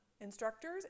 instructors